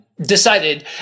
decided